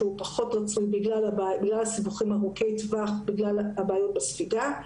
שהוא פחות רצוי בגלל סיבוכים ארוכי טווח והבעיות בספיגה.